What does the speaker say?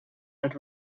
els